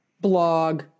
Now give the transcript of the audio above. blog